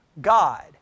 God